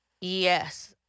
Yes